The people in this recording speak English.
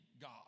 God